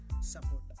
support